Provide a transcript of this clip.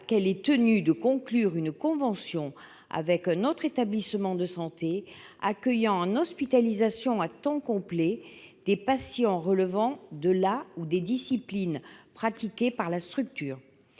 qu'« elle est tenue de conclure une convention avec un autre établissement de santé accueillant en hospitalisation à temps complet des patients relevant de la ou des disciplines pratiquées par la structure